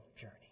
journey